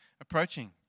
approaching